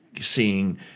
seeing